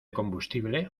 combustible